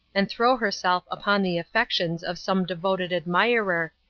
and throw herself upon the affections of some devoted admirer,